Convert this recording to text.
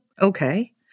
okay